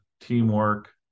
teamwork